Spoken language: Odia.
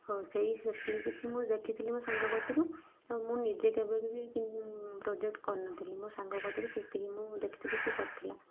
ହଉ ସେଇ ସେତିକି କିଛି ମୁଁ ଦେଖିଥିଲି ମୋ ସାଙ୍ଗ କତୁରୁ ଆଉ ମୁଁ ନିଜେ କେବେ କେବେକି ପ୍ରୋଜେକ୍ଟ କରିନଥିଲି ମୋ ସାଙ୍ଗ କତୁରୁ ସେତିକି ମୁଁ ଦେଖିଥିଲି ସେ କରିଥିଲା